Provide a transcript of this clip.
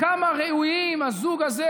כמה ראויים הזוג הזה,